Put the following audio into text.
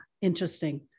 interesting